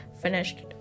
finished